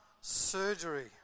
surgery